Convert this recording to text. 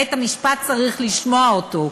בית-המשפט צריך לשמוע אותו,